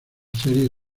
serie